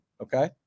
okay